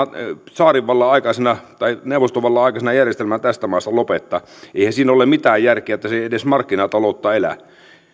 tsaarinvallan aikaisena tai neuvostovallan aikaisena järjestelmänä tästä maasta lopettaa eihän siinä ole mitään järkeä että se ei edes markkinataloutta elä